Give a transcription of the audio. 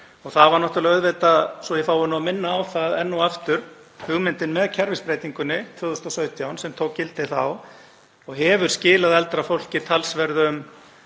Það var náttúrlega, svo ég fái nú að minna á það enn og aftur, hugmyndin með kerfisbreytingunni 2017, sem tók gildi þá og hefur skilað eldra fólki talsverðum